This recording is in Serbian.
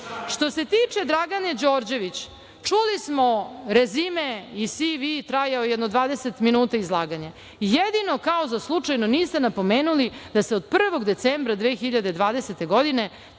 se tiče Dragane Đorđević, čuli smo rezime i CV trajao je jedno 20 minuta izlaganja, jedino kao slučajno niste napomenuli da je od 1. decembra 2020. godine